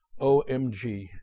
OMG